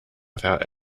without